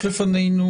יש לפנינו